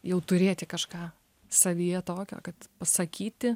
jau turėti kažką savyje tokio kad pasakyti